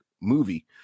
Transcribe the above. movie